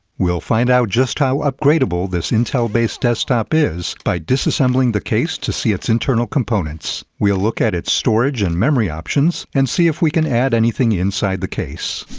we'll find out just how upgradable this intel-based desktop is by disassembling the case to see its internal components. we'll look at its storage and memory options, and see if we can add anything inside the case.